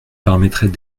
permettrait